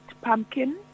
pumpkin